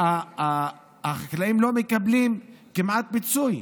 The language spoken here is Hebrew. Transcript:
החקלאים לא מקבלים כמעט פיצוי.